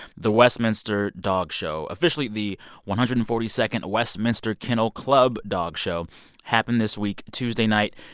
the westminster dog show officially, the one hundred and forty second westminster kennel club dog show happened this week tuesday night.